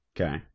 Okay